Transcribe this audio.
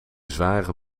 zware